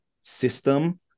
system